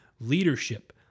leadership